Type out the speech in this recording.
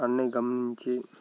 అన్నీ గమనించి